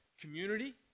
community